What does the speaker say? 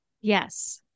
Yes